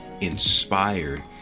inspired